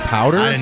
Powder